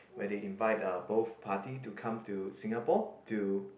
where they invite the both party to come to Singapore to